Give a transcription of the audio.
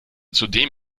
zudem